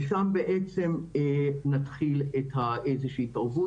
ושם בעצם נתחיל איזושהי התערבות.